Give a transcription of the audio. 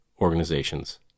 organizations